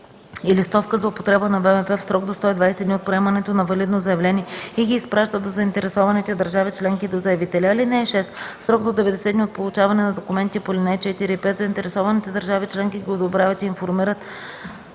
и листовка за употреба на ВМП в срок до 120 дни от приемането на валидно заявление и ги изпраща до заинтересованите държави членки и до заявителя. (6) В срок до 90 дни от получаване на документите по ал. 4 и 5 заинтересованите държави членки ги одобряват и информират